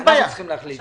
אנחנו צריכים להחליט.